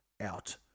out